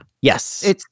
Yes